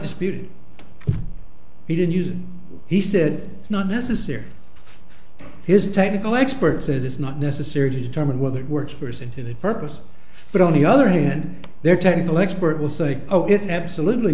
disputed he didn't use it he said it's not necessary his technical expert says it's not necessary to determine whether it works for us into that purpose but on the other hand there are technical expert will say oh it's absolutely